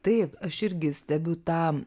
taip aš irgi stebiu tą